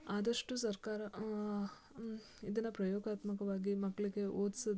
ಆದಷ್ಟು ಸರ್ಕಾರ ಇದನ್ನು ಪ್ರಯೋಗಾತ್ಮಕವಾಗಿ ಮಕ್ಕಳಿಗೆ ಓದ್ಸೋದು